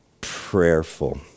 prayerful